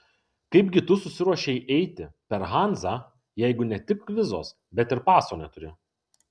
kaip gi tu susiruošei eiti per hanzą jeigu ne tik vizos bet ir paso neturi